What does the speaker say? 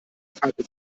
teilte